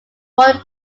before